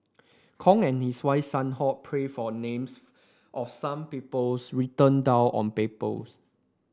Kong and his wife Sun Ho prayed for names of some peoples written down on papers